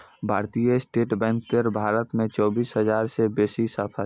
भारतीय state bank केर भारत मे चौबीस हजार सं बेसी शाखा छै